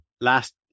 last